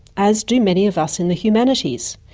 as do many of us in the humanities.